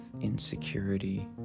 insecurity